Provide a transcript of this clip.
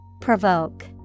Provoke